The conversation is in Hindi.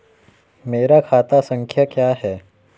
मेरा खाता संख्या क्या है?